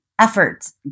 efforts